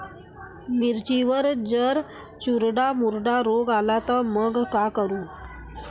मिर्चीवर जर चुर्डा मुर्डा रोग आला त मंग का करू?